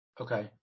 okay